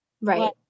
Right